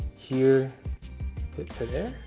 here to to there?